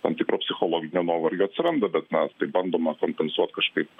tam tikro psichologinio nuovargio atsiranda bet na tai bandoma kompensuot kažkaip